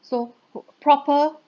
so who~ proper